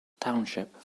township